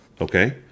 Okay